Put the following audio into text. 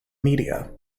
media